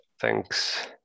Thanks